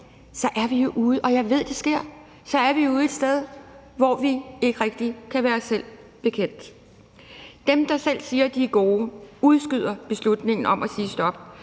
Så er vi jo ude et sted – og jeg ved, at det sker – hvor vi ikke rigtig kan være os selv bekendt. Dem, der selv siger, at de er gode, udskyder beslutningen om at sige stop.